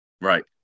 Right